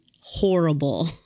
horrible